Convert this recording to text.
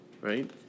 right